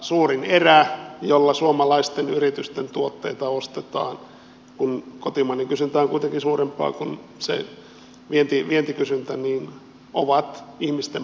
suurin erä jolla suomalaisten yritysten tuotteita ostetaan kun kotimainen kysyntä on kuitenkin suurempaa kuin se vientikysyntä ovat ihmisten palkat